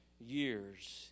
years